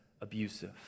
abusive